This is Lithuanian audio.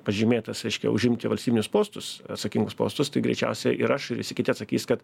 pažymėtas reiškia užimti valstybinius postus atsakingus postus tai greičiausiai ir aš ir visi kiti atsakys kad